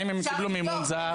אם הם קיבלו מימון זר.